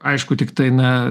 aišku tiktai na